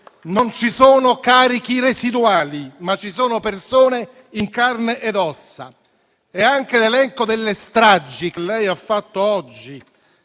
non ci sono carichi residuali, ma persone in carne e ossa. Anche l'elenco delle stragi che ha fatto oggi,